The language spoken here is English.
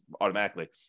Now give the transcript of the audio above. automatically